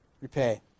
repay